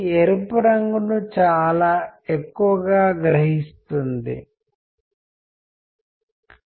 ఇంతకుముందు మాట్లాడినప్పుడు నేను కమ్యూనికేషన్ ఛానల్ గురించి మాట్లాడాను వాటిని నిర్వహించకుండా